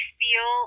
feel